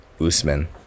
Usman